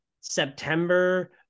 September